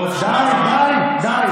די.